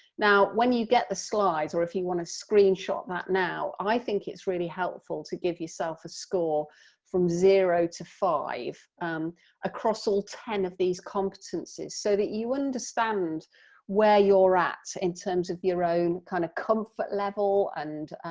now when you get the slides, or if you want to screenshot that now, i think it's really helpful to give yourself a score from zero to five across all ten of these competencies so that you understand where you're at in terms of your own kind of comfort level and